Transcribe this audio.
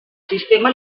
sistema